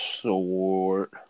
Sword